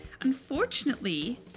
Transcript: Unfortunately